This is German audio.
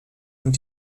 und